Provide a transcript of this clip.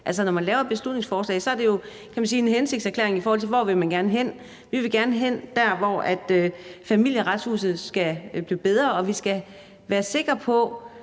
Altså, når man laver et beslutningsforslag, er det jo en hensigtserklæring, kan man sige, i forhold til hvor man gerne vil hen. Vi vil gerne derhen, hvor Familieretshuset bliver bedre og vi kan være sikre på,